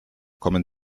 kommen